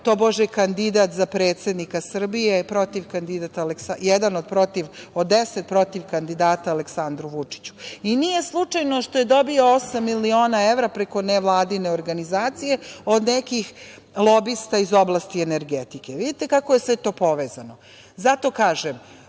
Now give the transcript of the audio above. tobože, kandidat za predsednika Srbije, protivkandidat, jedan od deset protivkandidata Aleksandru Vučiću. Nije slučajno što je dobio osam miliona evra preko nevladine organizacije, od nekih lobista iz oblasti energetike. Vidite kako je to sve povezano. Zato kažem,